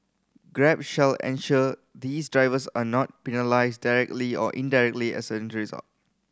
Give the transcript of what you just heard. grab shall ensure these drivers are not penalised directly or indirectly as a